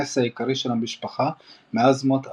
המפרנס העיקרי של המשפחה מאז מות אביו.